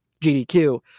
GDQ